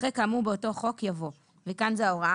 - אחרי "כאמור באותו חוק" יבוא וכאן זו ההוראה